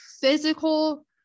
physical